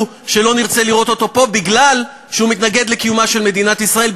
שלא נרצה לראות אותו פה בגלל שהוא מתנגד לקיומה של מדינת ישראל,